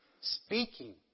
speaking